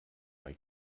bei